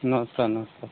नमस्कार नमस्कार